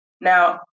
Now